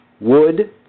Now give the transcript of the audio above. wood